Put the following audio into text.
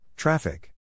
Traffic